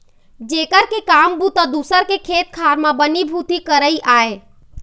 जेखर के काम बूता दूसर के खेत खार म बनी भूथी करई आय